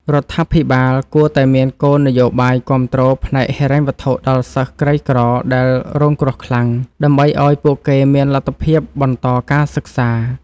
រដ្ឋាភិបាលគួរតែមានគោលនយោបាយគាំទ្រផ្នែកហិរញ្ញវត្ថុដល់សិស្សក្រីក្រដែលរងគ្រោះខ្លាំង ដើម្បីឱ្យពួកគេមានលទ្ធភាពបន្តការសិក្សា។